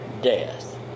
death